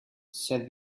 said